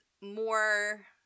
more